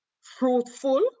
fruitful